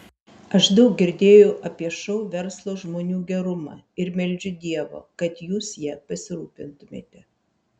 aš daug girdėjau apie šou verslo žmonių gerumą ir meldžiu dievo kad jūs ja pasirūpintumėte